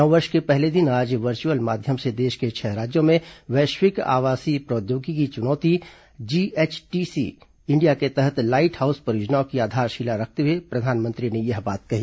नववर्ष के पहले दिन आज वर्चुअल माध्यम से देश के छह राज्यों में वैश्विक आवासीय प्रौद्योगिकी चुनौती जीएचटीसी इंडिया के तहत लाइट हाउस परियोजनाओं की आधारशिला रखते हुए प्रधानमंत्री ने यह बात कही